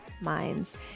minds